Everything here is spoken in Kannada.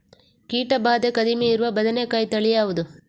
ಕೀಟ ಭಾದೆ ಕಡಿಮೆ ಇರುವ ಬದನೆಕಾಯಿ ತಳಿ ಯಾವುದು?